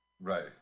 Right